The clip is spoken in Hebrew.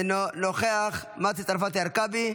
אינו נוכח, מטי צרפתי הרכבי,